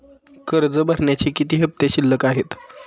कर्ज भरण्याचे किती हफ्ते शिल्लक आहेत?